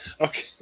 Okay